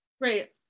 Right